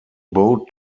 boat